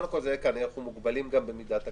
קודם כול, אנחנו מוגבלים במידת הקנס,